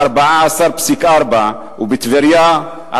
14.4% ובטבריה,